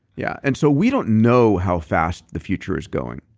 yeah and so we don't know how fast the future is going,